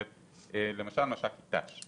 למשל מש"קית ת"ש.